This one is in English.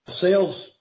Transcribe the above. sales